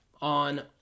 on